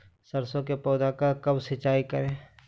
सरसों की पौधा को कब सिंचाई करे?